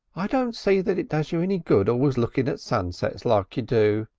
i don't see that it does you any good always looking at sunsets like you do,